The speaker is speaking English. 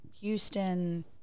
Houston